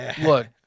look